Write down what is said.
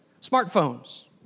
Smartphones